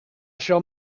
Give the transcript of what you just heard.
shall